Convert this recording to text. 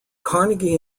carnegie